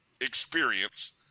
experience